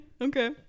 okay